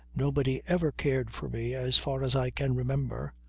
nobody ever cared for me as far as i can remember.